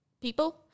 people